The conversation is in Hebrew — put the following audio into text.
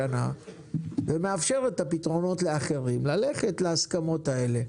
שנה ומאפשרת לאחרים ללכת להסכמות האלה.